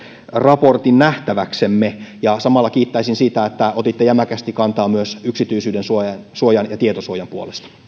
raportin nähtäväksemme ja samalla kiittäisin siitä että otitte jämäkästi kantaa myös yksityisyydensuojan ja tietosuojan puolesta